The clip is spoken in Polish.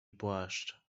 płaszcz